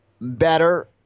better